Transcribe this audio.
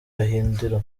gahindiro